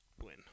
win